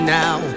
now